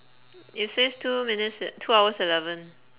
it says two minutes e~ two hours eleven